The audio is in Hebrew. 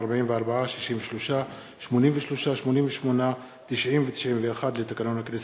44, 63, 83, 88, 90, ו-91 לתקנון הכנסת.